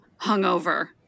hungover